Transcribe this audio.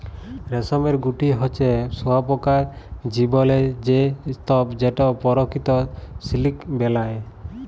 রেশমের গুটি হছে শুঁয়াপকার জীবলের সে স্তুপ যেট পরকিত সিলিক বেলায়